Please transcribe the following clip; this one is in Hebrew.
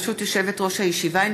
ברשות יושבת-ראש הישיבה,